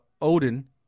Odin